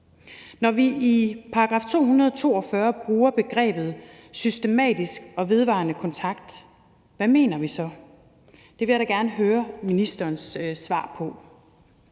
Når vi i § 242 bruger begrebet »systematisk og vedvarende kontakt«, hvad mener vi så? Det vil jeg da gerne høre ministerens svar på.